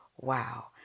Wow